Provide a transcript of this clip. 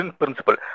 principle